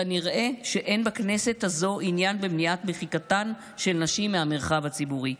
כנראה אין בכנסת הזאת עניין במניעת מחיקתן של נשים מהמרחב הציבורי.